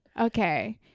Okay